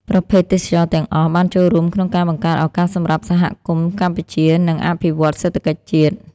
ប្រភេទទេសចរណ៍ទាំងអស់ បានចូលរួមក្នុងការបង្កើតឱកាសសម្រាប់សហគមន៍កម្ពុជា និងអភិវឌ្ឍសេដ្ឋកិច្ចជាតិ។